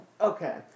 Okay